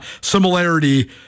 similarity